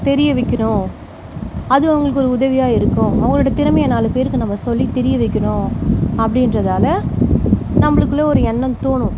தெரிய வைக்கணும் அது அவங்களுக்கு ஒரு உதவியாக இருக்கும் அவங்களோட திறமையை நாலு பேருக்கு நம்ம சொல்லி தெரிய வைக்கிணும் அப்படின்றதால நம்மளுக்குள்ள ஒரு எண்ணம் தோணும்